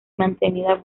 mantenida